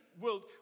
world